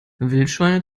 wildschweine